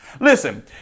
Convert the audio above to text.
Listen